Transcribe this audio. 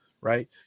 right